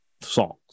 songs